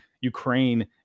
Ukraine